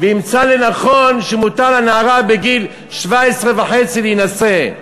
וימצא לנכון שמותר לנערה בגיל 17.5 להינשא.